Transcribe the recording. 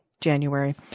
January